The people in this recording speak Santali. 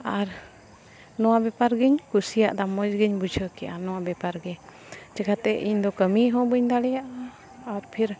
ᱟᱨ ᱱᱚᱣᱟ ᱵᱮᱯᱟᱨ ᱜᱤᱧ ᱠᱩᱥᱤᱭᱟᱜ ᱫᱟ ᱢᱚᱡᱽ ᱜᱮᱧ ᱵᱩᱡᱷᱟᱹᱣ ᱠᱮᱜᱼᱟ ᱱᱚᱣᱟ ᱵᱮᱯᱟᱨ ᱜᱮ ᱪᱮᱠᱟᱛᱮ ᱤᱧ ᱫᱚ ᱠᱟᱹᱢᱤ ᱦᱚᱸ ᱵᱟᱹᱧ ᱫᱟᱲᱮᱭᱟᱜᱼᱟ ᱟᱨ ᱯᱷᱤᱨ